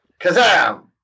Kazam